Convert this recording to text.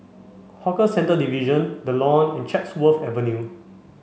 Hawker Centres Division The Lawn and Chatsworth Avenue